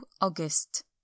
August